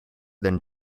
than